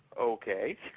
okay